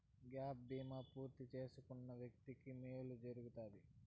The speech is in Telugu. గ్యాప్ బీమా పూర్తి చేసుకున్న వ్యక్తికి మేలు జరుగుతాది